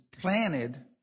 planted